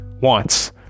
wants